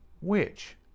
Which